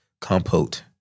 compote